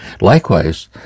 Likewise